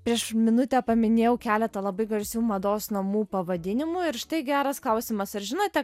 prieš minutę paminėjau keletą labai garsių mados namų pavadinimų ir štai geras klausimas ar žinote